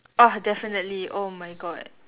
ah definitely oh my god